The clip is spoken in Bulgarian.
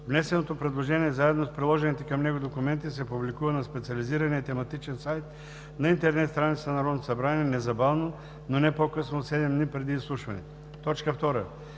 Внесеното предложение, заедно с приложените към него документи, се публикува на специализирания тематичен сайт на интернет страницата на Народното събрание незабавно, но не по-късно от 7 дни преди изслушването. 2.